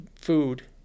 food